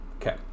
okay